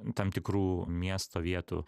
tam tikrų miesto vietų